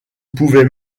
pouvait